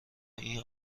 این